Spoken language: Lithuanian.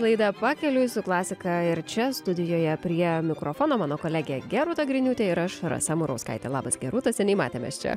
laida pakeliui su klasika ir čia studijoje prie mikrofono mano kolegė gerūta griniūtė ir aš rasa murauskaitė labas gerūta seniai matėmės čia